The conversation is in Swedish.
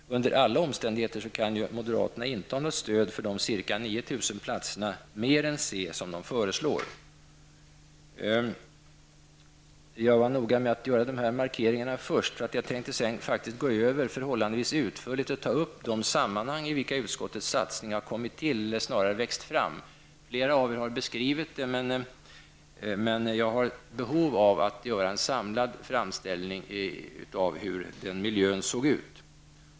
Under alla omständigheter kan moderaterna inte ha något stöd för de i förhållande till centern ca 9 000 fler platser som de föreslår. Jag var noga med att göra dessa markeringar först, eftersom jag nu tänkte gå över till att förhållandevis utförligt ta upp de sammanhang i vilka utskottets satsning har kommit till eller snarare vuxit fram. Flera av talarna har beskrivit detta, men jag har behov av att göra en samlad framställning av hur den miljön såg ut.